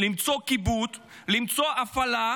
למצוא כיבוד, למצוא הפעלה,